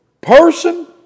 person